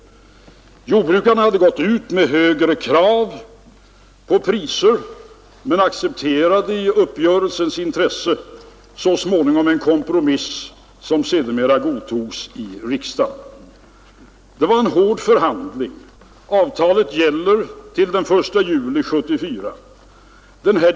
Jordbrukarna hade gått ut med högre krav på priser men accepterade i uppgörelsens intresse så småningom en kompromiss, som sedermera godtogs i riksdagen. Avtalet gäller alltså till den 1 juli 1974.